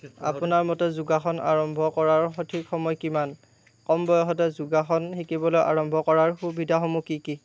আপোনাৰ মতে যোগাসন আৰম্ভ কৰাৰ সঠিক সময় কিমান কম বয়সতে যোগাসন শিকিবলৈ আৰম্ভ কৰাৰ সুবিধাসমূহ কি কি